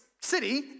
city